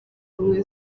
ubumwe